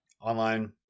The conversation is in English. online